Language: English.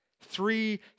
Three